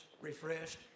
refreshed